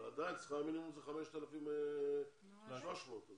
אבל עדיין שכר המינימום זה 5,300 או 5,400,